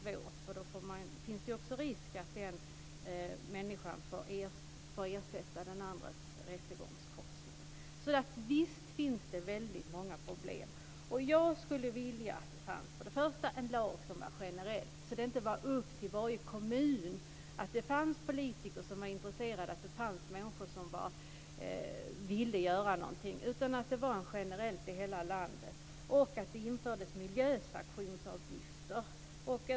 Då finns ju också risk att en människa får ersätta den andras rättegångskostnader. Så visst finns det många problem! Jag skulle vilja att det för det första fanns en lag som var generell. Det borde inte vara upp till varje kommun att det finns politiker som är intresserade och människor som är villiga att göra någonting. Lagen borde gälla generellt i hela landet. För det andra borde det införas miljösanktionsavgifter.